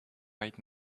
right